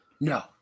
No